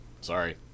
sorry